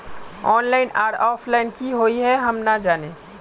Online आर offline की हुई है हम ना जाने?